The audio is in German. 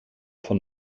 von